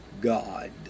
God